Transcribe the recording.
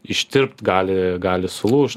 ištirpt gali gali sulūžt